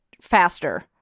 faster